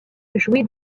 jouit